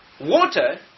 Water